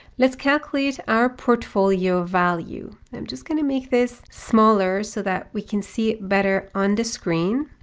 let's calculate our portfolio value. i'm just going to make this smaller so that we can see it better on the screen.